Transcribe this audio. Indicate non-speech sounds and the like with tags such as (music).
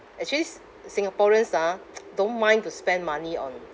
actually s~ singaporeans ah (noise) don't mind to spend money on